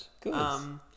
Good